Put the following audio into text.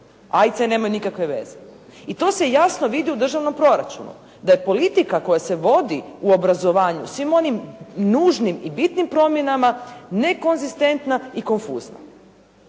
«C» nemaju nikakve veze. I to se jasno vidi u državnom proračunu. Da je politika koja se vodi u obrazovanju svim onim nužnim i bitnim promjenama nekonzistentna i konfuzna.